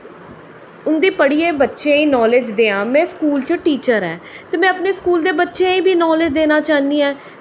उं'दे पढ़ियै बच्चें गी नालेज में स्कूल च टीचर आं ते में अपने स्कूल दे बच्चेंआ गी बी नालेज़ देना चाह्न्नी आं